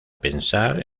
pensar